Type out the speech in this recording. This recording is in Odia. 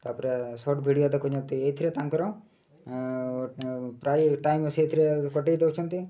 ପୁରା ସର୍ଟ ଭିଡ଼ିଓ ଦେଖୁଛନ୍ତି ଏଇଥିରେ ତାଙ୍କର ପ୍ରାୟ ଟାଇମ୍ ସେଇଥିରେ କଟାଇ ଦଉଛନ୍ତି